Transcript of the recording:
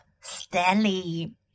Stanley